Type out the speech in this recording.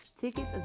tickets